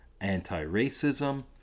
anti-racism